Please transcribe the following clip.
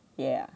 ya